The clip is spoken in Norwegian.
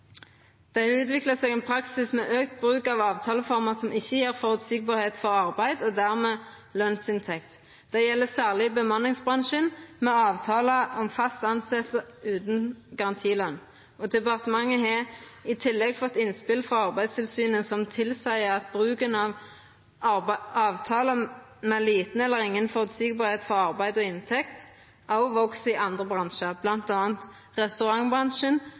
«Det har utviklet seg en praksis med økt bruk av avtaleformer som ikke gir forutsigbarhet for arbeid og dermed lønnsinntekt. Dette gjelder særlig i bemanningsbransjen med avtaler om «fast ansettelse uten garantilønn».» Og vidare: «Departementet har i tillegg fått innspill fra blant andre Arbeidstilsynet som tilsier at bruken av avtaler med liten eller ingen forutsigbarhet for arbeid og inntekt også vokser i andre bransjer, blant annet i restaurantbransjen,